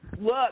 Look